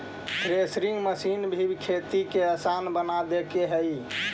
threshing machine भी खेती के आसान बना देके हइ